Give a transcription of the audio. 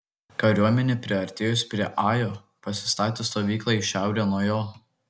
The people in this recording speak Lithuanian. kariuomenė priartėjus prie ajo pasistatė stovyklą į šiaurę nuo jo